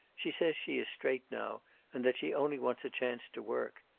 she says she is straight now and that she only wants a chance to work.